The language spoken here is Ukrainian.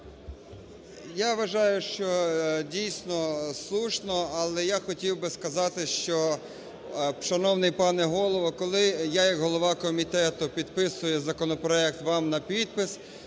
Я вважаю, що дійсно слушно. Але я хотів би сказати, що, шановний пане Голово, що коли я як голова комітету підписую законопроект вам на підпис,